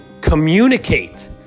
communicate